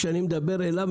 כשאני מדבר אליו,